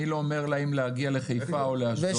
אני לא אומר לה אם להגיע לחיפה או לאשדוד.